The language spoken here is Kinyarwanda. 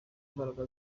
imbaraga